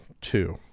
two